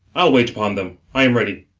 i'll wait upon them i am ready.